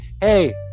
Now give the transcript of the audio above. Hey